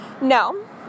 No